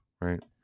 right